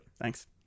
Thanks